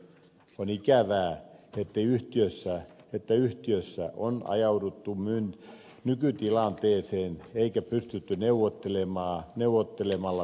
on ikävää että yhtiössä on ajauduttu nykytilanteeseen eikä pystytty neuvottelemalla sopimaan